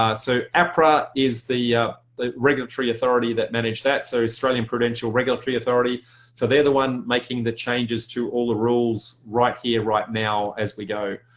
um so apra is the yeah the regulatory authority that manage that. so australian prudential regulatory authority so they're the one making the changes to all the rules right here right now as we go.